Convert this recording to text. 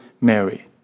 Mary